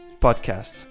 podcast